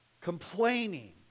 complaining